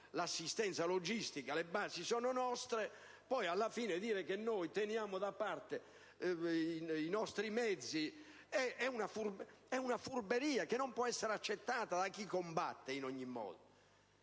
l'assistenza logistica, e poi alla fine dire che noi teniamo da parte i nostri mezzi è una furberia che non può essere accettata da chi combatte in ogni modo.